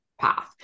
path